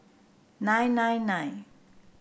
nine nine nine